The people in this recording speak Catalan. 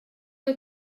que